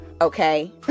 Okay